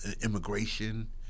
immigration